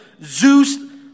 Zeus